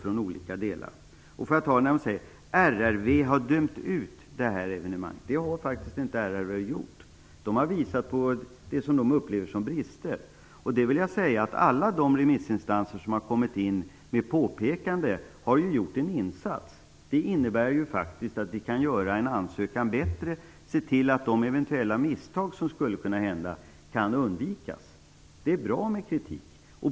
RRV har dömt ut det här evenemanget, sade Ewa Larsson. Det har RRV faktiskt inte gjort. Man har visat på vad man upplever som brister. Jag vill påstå att alla de remissinstanser som kommit in med påpekanden har gjort en insats. Det innebär faktiskt att vi kan göra en ansökan bättre och se till att eventuella misstag som skulle kunnat begås kan undvikas. Det är bra med kritik.